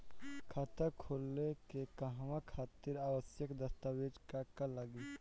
खाता खोले के कहवा खातिर आवश्यक दस्तावेज का का लगी?